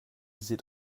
seht